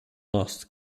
last